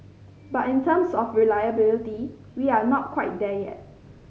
but in terms of reliability we are not quite there yet